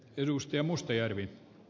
arvoisa puhemies